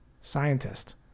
Scientist